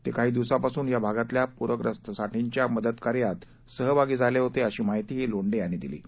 ते काही दिवसांपासून या भागातल्या पूरग्रस्तांसाठीच्या मदत कार्यात सहभागी झाले होते अशी माहितीही लोंढे यांनी दिली आहे